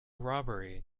robbery